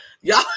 y'all